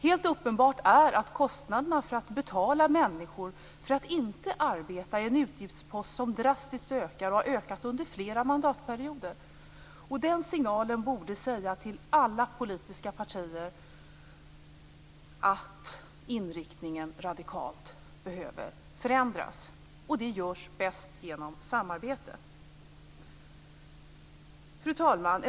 Helt uppenbart är att kostnaderna för att betala människor för att inte arbeta är en utgiftspost som drastiskt ökar, och som har ökat under flera mandatperioder. Den signalen borde säga till alla politiska partier att inriktningen radikalt behöver förändras. Det görs bäst genom samarbete. Fru talman!